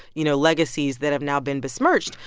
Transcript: you know, legacies that have now been besmirched.